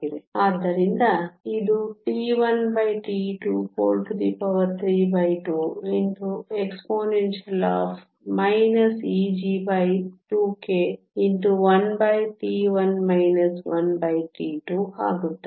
ಆದ್ದರಿಂದ ಇದು T1T232exp Eg2k1T1 1T2 ಆಗುತ್ತದೆ